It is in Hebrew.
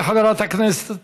תודה לחברת הכנסת